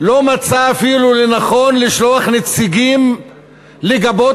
אפילו לא מצאה לנכון לשלוח נציגים לגבות